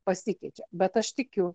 pasikeičia bet aš tikiu